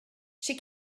she